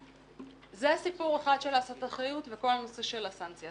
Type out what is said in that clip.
זה סיפור אחד של הסטת אחריות וכל הנושא של הסנקציה.